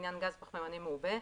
לעניין גז פחמימני מעובה,